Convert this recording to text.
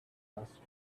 last